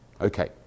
Okay